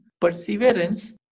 perseverance